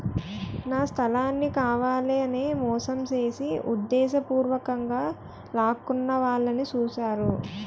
నా స్థలాన్ని కావాలనే మోసం చేసి ఉద్దేశపూర్వకంగా లాక్కోవాలని చూశారు